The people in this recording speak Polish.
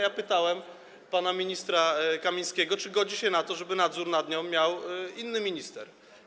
Ja pytałem pana ministra Kamińskiego, czy godzi się na to, żeby nadzór nad nią miał inny minister.